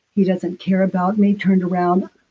he doesn't care about me turned around?